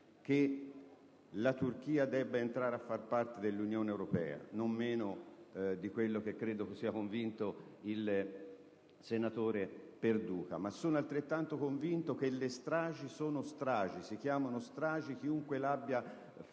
che la Turchia debba entrare a far parte dell'Unione europea, non meno di quanto credo ne sia convinto il senatore Perduca, ma sono altrettanto convinto che le stragi sono stragi. Si chiamano stragi chiunque le abbia